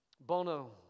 Bono